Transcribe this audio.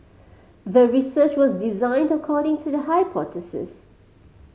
the research was designed according to the hypothesis